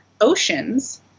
oceans